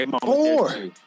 Four